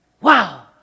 wow